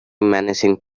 menacing